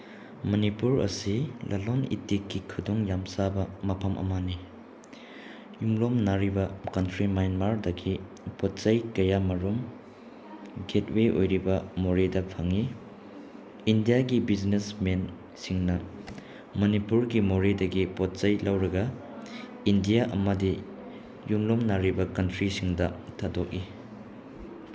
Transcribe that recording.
ꯃꯅꯤꯄꯨꯔ ꯑꯁꯤ ꯂꯂꯣꯟ ꯏꯇꯤꯛꯀꯤ ꯈꯨꯗꯣꯡ ꯌꯥꯝ ꯆꯥꯕ ꯃꯐꯝ ꯑꯃꯅꯤ ꯌꯨꯝꯂꯣꯟꯅꯔꯤꯕ ꯀꯟꯇ꯭ꯔꯤ ꯃꯦꯟꯃꯥꯔꯗꯒꯤ ꯄꯣꯠ ꯆꯩ ꯀꯌꯥꯃꯔꯨꯝ ꯒꯦꯠꯋꯦ ꯑꯣꯏꯔꯤꯕ ꯃꯣꯔꯦꯗ ꯐꯪꯉꯤ ꯏꯟꯗꯤꯌꯥꯒꯤ ꯕꯤꯖꯤꯅꯦꯁꯃꯦꯟꯁꯤꯡꯅ ꯃꯅꯤꯄꯨꯔꯒꯤ ꯃꯣꯔꯦꯗꯒꯤ ꯄꯣꯠ ꯆꯩ ꯂꯧꯔꯒ ꯏꯟꯗꯤꯌꯥ ꯑꯃꯗꯤ ꯌꯨꯝꯂꯣꯟꯅꯔꯤꯕ ꯀꯟꯇ꯭ꯔꯤꯁꯤꯡꯗ ꯊꯥꯗꯣꯛꯏ